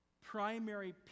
primary